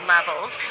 Levels